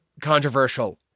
controversial